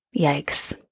Yikes